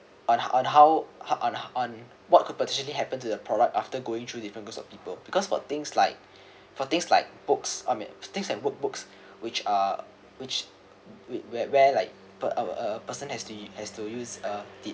on how on on what could potentially happen to the product after going through the fingers of people because for things like for things like books uh on it things like workbooks which uh which where where like per~ uh person has to has to use uh